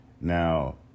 Now